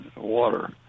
water